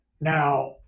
Now